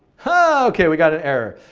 but okay, we got an error.